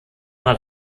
nach